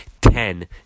ten